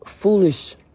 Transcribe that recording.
Foolish